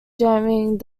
jamming